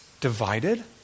divided